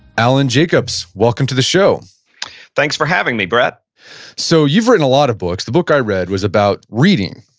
alan jacobs, welcome to the show thanks for having me, brett so, you've written a lot of books. the book i read was about reading,